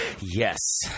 Yes